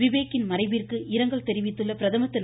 விவேக்கின் மறைவிற்கு இரங்கல் தெரிவித்துள்ள பிரதமர் திரு